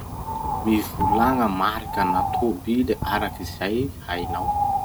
Mivolagna marika na tobily arak'izay hainao?